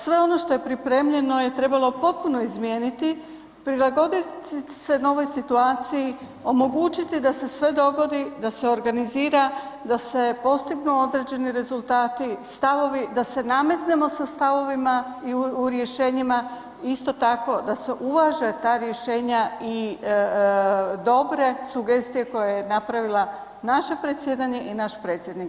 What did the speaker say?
Sve ono što je pripremljeno je trebalo potpuno izmijeniti, prilagoditi se novoj situaciji, omogućiti da se sve dogodi, da se organizira, da se postignu određeni rezultati, stavovi, da se nametnemo sa stavovima i u rješenjima isto tako da se uvaže ta rješenja i dobre sugestije koje je napravila naše predsjedanje i naš predsjednik.